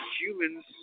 humans